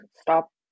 stop